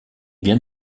bien